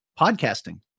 podcasting